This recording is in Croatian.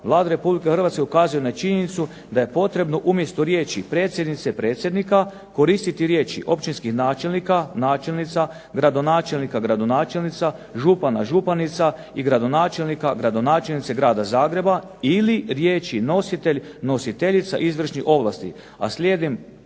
Vlada Republike Hrvatske ukazuje na činjenicu da je potrebno umjesto riječi predsjednice predsjednika koristiti riječi općinski načelnik/načelnica, gradonačelnika/ gradonačelnica, župana/županica i gradonačelnika/ gradonačelnice Grada Zagreba ili riječi nositelj/nositeljica izvršnih ovlasti,